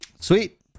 Sweet